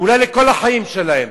אולי לכל החיים שלהם.